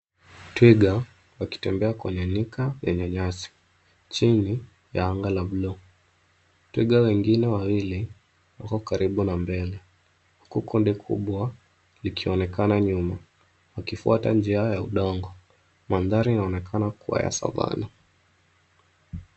Twiga wakitembea kwenye nyika yenye nyasi, chini ya anga la buluu. Twiga wengine wawili wako karibu na mbele huku kundi kubwa likionekana nyuma wakifuata njia ya udongo. Mandhari inaonekana kuwa ya savana.